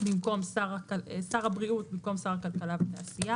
במקום "שר הכלכלה והתעשייה"